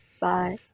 Bye